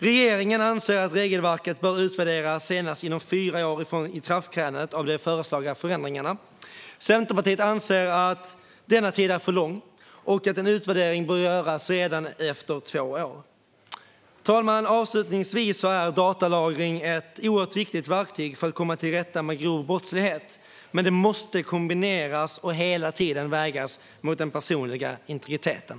Regeringen anser att regelverket bör utvärderas senast inom fyra år från ikraftträdandet av de föreslagna förändringarna. Centerpartiet anser att denna tid är för lång och att en utvärdering bör göras redan efter två år. Avslutningsvis, fru talman: Datalagring är ett oerhört viktigt verktyg för att komma till rätta med grov brottslighet, men det måste kombineras med och hela tiden vägas mot den personliga integriteten.